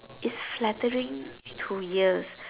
is flattering to ears